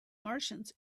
martians